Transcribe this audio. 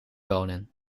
bonen